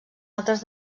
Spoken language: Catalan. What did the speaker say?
altres